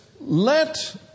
let